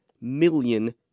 million